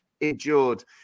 endured